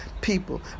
people